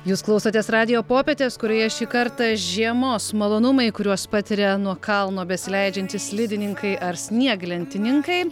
jūs klausotės radijo popietės kurioje šį kartą žiemos malonumai kuriuos patiria nuo kalno besileidžiantys slidininkai ar snieglentininkai